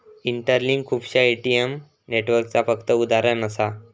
interlink खुपश्या ATM नेटवर्कचा फक्त उदाहरण असा